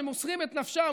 שמוסרים את נפשם,